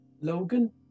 Logan